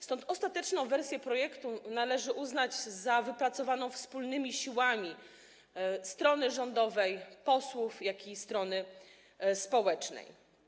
Stąd ostateczną wersję projektu należy uznać za wypracowaną wspólnymi siłami strony rządowej, posłów i strony społecznej.